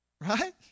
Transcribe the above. Right